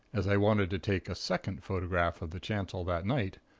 as i wanted to take a second photograph of the chancel that night,